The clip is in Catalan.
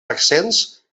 accents